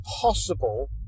possible